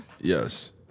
Yes